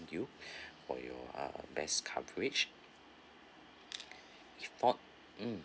you for your uh best coverage mm